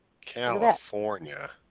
California